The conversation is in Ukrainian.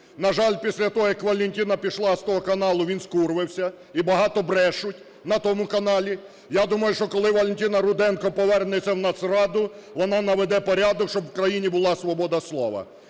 На жаль, після того, як Валентина пішла з того каналу, він скурвився, і багато брешуть на тому каналі. Я думаю, що, коли Валентина Руденко повернеться в Нацраду, вона наведе порядок, щоб в країні була свобода слова.